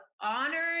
honored